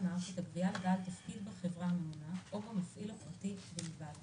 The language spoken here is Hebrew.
למערכת הגבייה לבעל תפקיד בחברה הממונה או במפעיל הפרטי בלבד,